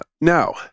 Now